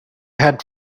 had